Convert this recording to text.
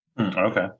okay